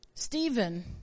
Stephen